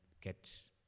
get